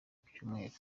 kucyumweru